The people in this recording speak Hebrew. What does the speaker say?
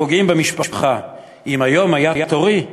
פוגעים במשפחה / אם היום היה תורי,